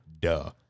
Duh